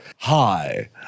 Hi